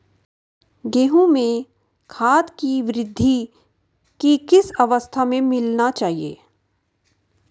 गेहूँ में खाद को वृद्धि की किस अवस्था में मिलाना चाहिए?